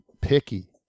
picky